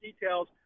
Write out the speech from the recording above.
details